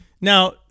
Now